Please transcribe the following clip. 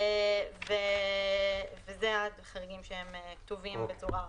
אלה החריגים שכתובים.